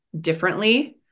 differently